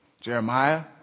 Jeremiah